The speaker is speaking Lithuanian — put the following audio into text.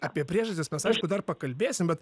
apie priežastis mes aišku dar pakalbėsim bet